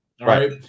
Right